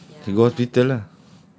then he go hospital ah